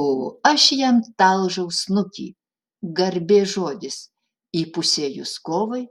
o aš jam talžau snukį garbės žodis įpusėjus kovai